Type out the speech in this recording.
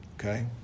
Okay